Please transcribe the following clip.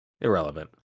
irrelevant